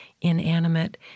inanimate